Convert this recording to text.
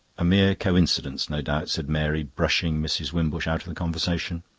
a mere coincidence, no doubt, said mary, brushing mrs. wimbush out of the conversation.